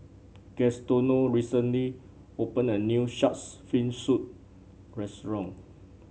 Gaetano recently opened a new shark's fin soup restaurant